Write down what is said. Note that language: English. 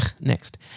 next